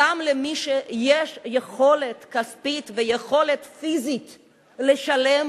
גם מי שיש לו יכולת כספית ויכולת פיזית לשלם,